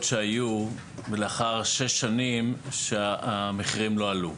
שהיו ולאחר שש שנים שהמחירים לא עלו.